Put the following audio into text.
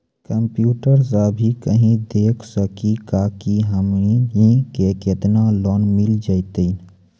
Computer सा भी कही देख सकी का की हमनी के केतना लोन मिल जैतिन?